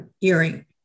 earring